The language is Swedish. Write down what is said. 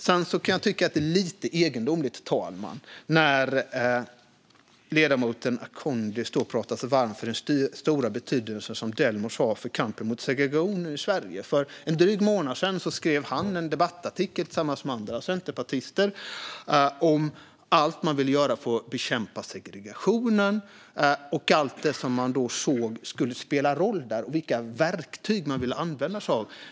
Sedan kan jag tycka att det blir lite egendomligt, fru talman, när ledamoten Akhondi står och pratar sig varm för den stora betydelse som Delmos har för kampen mot segregation i Sverige. För en dryg månad sedan skrev han en debattartikel tillsammans med andra centerpartister om allt man ville göra för att bekämpa segregationen, allt man såg skulle spela roll där och vilka verktyg man ville använda sig av.